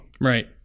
Right